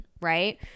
right